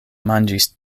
manĝis